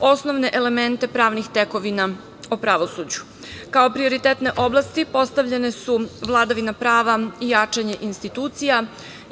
osnovne elemente pravnih tekovina o pravosuđu. Kao prioritetne oblasti postavljene su vladavina prava i jačanje institucija,